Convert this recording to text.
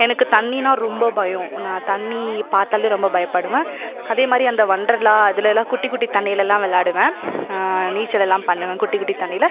எனக்கு தண்ணின்னால் ரொம்ப பயம் நான் தண்ணி பார்த்தாலே ரொம்பப் பயப்படுவேன் அதே மாதிரி அந்த ஒண்டர்லா அதுலெல்லாம் குட்டி குட்டித் தண்ணிலெல்லாம் விள்ளாடுவேன் நீச்சல் எல்லாம் பண்ணுவேன் குட்டி குட்டித் தண்ணியில